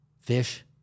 fish